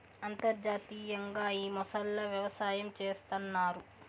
అంతర్జాతీయంగా ఈ మొసళ్ళ వ్యవసాయం చేస్తన్నారు